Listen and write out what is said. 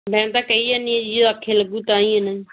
ਮੈਂ ਤਾਂ ਕਹੀ ਜਾਂਦੀ ਹਾਂ ਜੀ ਜੇ ਆਖੇ ਲੱਗੂ ਤਾਂ ਹੀ ਨਾ